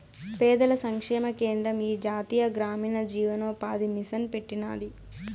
పేదల సంక్షేమ కేంద్రం ఈ జాతీయ గ్రామీణ జీవనోపాది మిసన్ పెట్టినాది